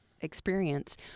experience